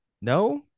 no